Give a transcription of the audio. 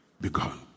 Begun